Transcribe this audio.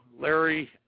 Larry